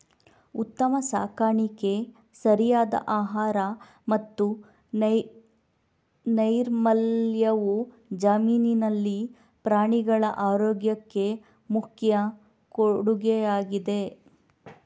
ಉತ್ತಮ ಸಾಕಾಣಿಕೆ, ಸರಿಯಾದ ಆಹಾರ ಮತ್ತು ನೈರ್ಮಲ್ಯವು ಜಮೀನಿನಲ್ಲಿ ಪ್ರಾಣಿಗಳ ಆರೋಗ್ಯಕ್ಕೆ ಮುಖ್ಯ ಕೊಡುಗೆಯಾಗಿದೆ